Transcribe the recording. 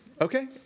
okay